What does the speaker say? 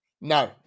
No